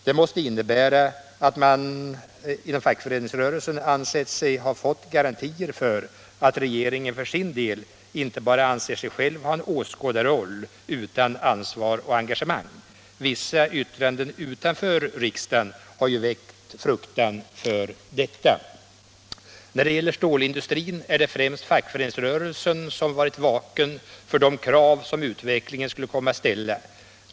Det måste innebära att man inom fackföreningsrörelsen ansett sig ha fått garantier för att regeringen för sin del inte bara anser sig själv ha en åskådarroll utan ansvar och engagemang. Vissa yttranden utanför riksdagen har ju väckt fruktan för detta. När det gäller stålindustrin är det ju främst fackföreningsrörelsen som varit vaken för de krav som utvecklingen skulle komma att ställa.